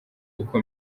uko